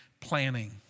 planning